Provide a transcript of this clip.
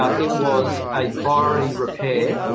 ah it was a priority repair,